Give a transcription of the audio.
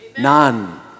None